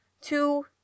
Two